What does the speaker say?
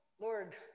Lord